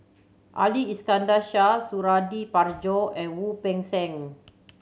Ali Iskandar Shah Suradi Parjo and Wu Peng Seng